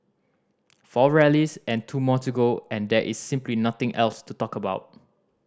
four rallies and two more to go and there is simply nothing else to talk about